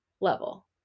level